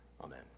Amen